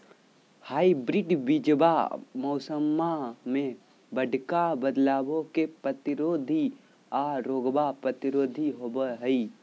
hybrid बीजावा मौसम्मा मे बडका बदलाबो के प्रतिरोधी आ रोगबो प्रतिरोधी होबो हई